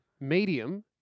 Medium